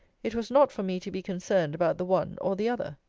it was not for me to be concerned about the one or the other.